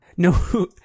No